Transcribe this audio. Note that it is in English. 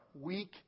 weak